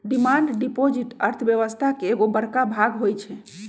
demand deposit अर्थव्यवस्था के एगो बड़का भाग होई छै